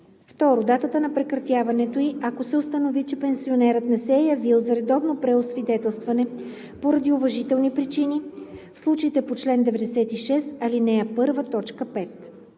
2. датата на прекратяването ѝ, ако се установи, че пенсионерът не се е явил за редовно преосвидетелстване поради уважителни причини – в случаите по чл. 96, ал. 1,